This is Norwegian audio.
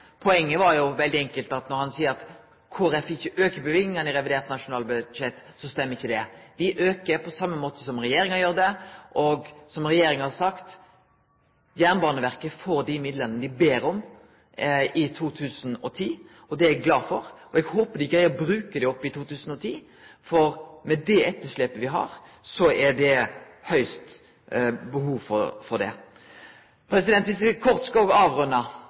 Poenget var jo veldig enkelt, for når han seier at Kristeleg Folkeparti ikkje aukar løyvingane i revidert nasjonalbudsjett, stemmer ikkje det. Me aukar på same måten som regjeringa gjer det, og som regjeringa har sagt: Jernbaneverket får dei midlane dei ber om i 2010. Det er eg glad for, og eg håper ikkje dei brukar dei opp i 2010, for med det etterslepet me har, er det i aller høgste grad behov for det. Om me kort skal avrunda,